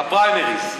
בפריימריז.